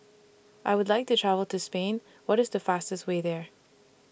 I Would like to travel to Spain What IS The fastest Way There